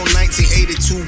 1982